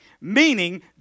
Meaning